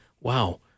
wow